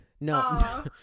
No